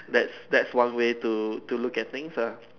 that's that's one way to to look at things ah